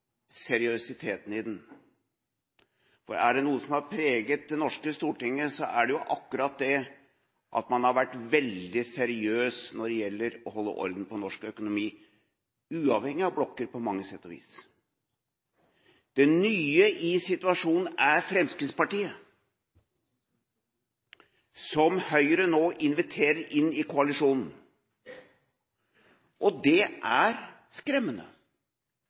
seriøsiteten i den, for er det noe som har preget Det norske storting, så er det akkurat det at man har vært veldig seriøs når det gjelder å holde orden på norsk økonomi, uavhengig av blokker på mange sett og vis. Det nye i situasjonen er Fremskrittspartiet, som Høyre nå inviterer inn i koalisjonen. Det er skremmende,